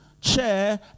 chair